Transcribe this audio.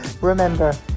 Remember